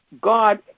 God